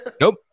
Nope